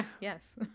yes